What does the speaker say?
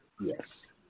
Yes